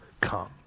come